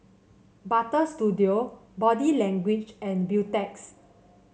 Butter Studio Body Language and Beautex